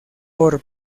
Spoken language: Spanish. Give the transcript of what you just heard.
por